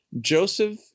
Joseph